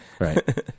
Right